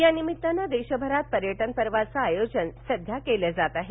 या निमित्तानं देशभरात पर्यटन पर्वाचं आयोजन सध्या केल जात आहे